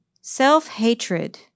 Self-hatred